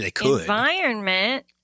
environment